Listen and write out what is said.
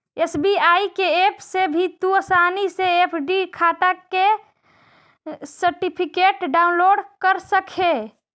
SBI के app से भी तू आसानी से एफ.डी खाटा के सर्टिफिकेट डाउनलोड कर सकऽ हे